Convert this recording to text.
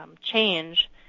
change